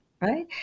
right